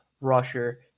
rusher